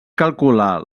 calcular